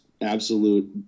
absolute